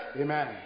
Amen